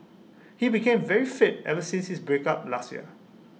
he became very fit ever since his breakup last year